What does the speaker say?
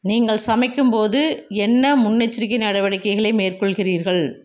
நீங்கள் சமைக்கும் போது என்ன முன்னெச்சரிக்கை நடவடிக்கைகளை மேற்கொள்கிறீர்கள்